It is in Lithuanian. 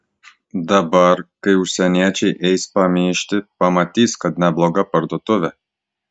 dabar kai užsieniečiai eis pamyžti pamatys kad nebloga parduotuvė